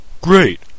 Great